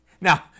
Now